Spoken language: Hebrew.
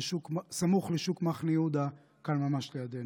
סמוך לשוק מחנה יהודה, כאן ממש לידנו.